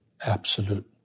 Absolute